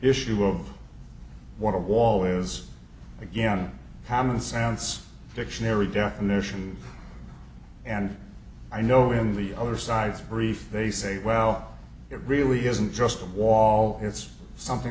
issue of what a wall is again common sense dictionary definition and i know in the other side's brief they say well it really isn't just a wall it's something